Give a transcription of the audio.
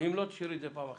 אם לא, תשאירי לפעם אחרת.